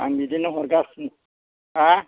आं बिदिनो हरगासिनो हा